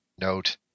note